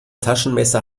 taschenmesser